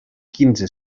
quinze